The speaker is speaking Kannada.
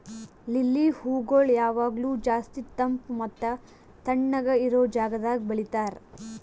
ಲಿಲ್ಲಿ ಹೂಗೊಳ್ ಯಾವಾಗ್ಲೂ ಜಾಸ್ತಿ ತಂಪ್ ಮತ್ತ ತಣ್ಣಗ ಇರೋ ಜಾಗದಾಗ್ ಬೆಳಿತಾರ್